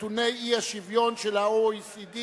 נתוני האי-שוויון של ה-OECD,